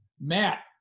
Matt